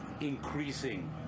increasing